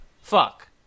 fuck